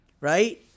Right